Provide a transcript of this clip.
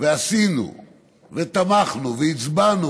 ועשינו ותמכנו והצבענו,